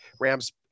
Rams